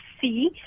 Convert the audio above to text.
see